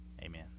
amen